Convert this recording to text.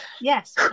Yes